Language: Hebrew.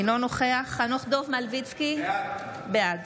אינו נוכח חנוך דב מלביצקי, בעד